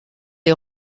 est